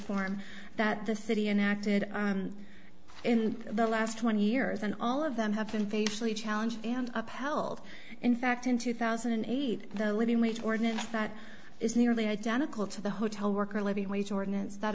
reform that the city enacted in the last twenty years and all of them have been faithfully challenge and upheld in fact in two thousand and eight the living wage ordinance that is nearly identical to the hotel worker living wage ordinance that